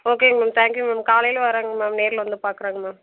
ஓகேங்க ma'am thank you ma'am காலையில் வரேங்க மேம் நேரில் வந்து பார்க்குறேங்க மேம்